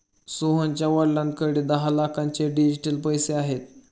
सोहनच्या वडिलांकडे दहा लाखांचे डिजिटल पैसे आहेत